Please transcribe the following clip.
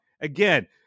again